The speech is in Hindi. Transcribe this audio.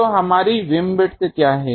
तो हमारी बीमविड्थ क्या है